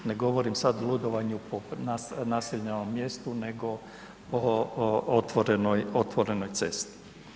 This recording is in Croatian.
Ne govorim sad o ludovanju po naseljenom mjestu nego po otvorenoj cesti.